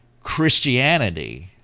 Christianity